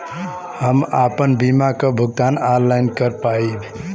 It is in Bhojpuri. हम आपन बीमा क भुगतान ऑनलाइन कर पाईब?